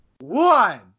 one